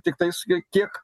tiktais kiek